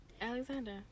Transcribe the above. Alexander